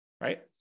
right